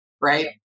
right